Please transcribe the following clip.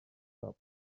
tub